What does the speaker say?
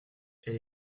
elle